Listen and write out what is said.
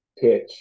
pitch